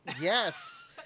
Yes